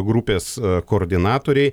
grupės koordinatoriai